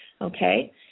Okay